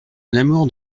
l’amour